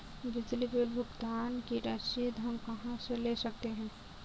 बिजली बिल भुगतान की रसीद हम कहां से ले सकते हैं?